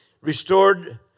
restored